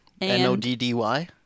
N-O-D-D-Y